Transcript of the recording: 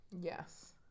yes